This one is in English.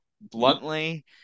bluntly